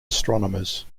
astronomers